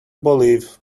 believe